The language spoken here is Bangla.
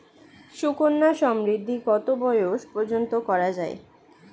সুকন্যা সমৃদ্ধী কত বয়স পর্যন্ত করা যায়?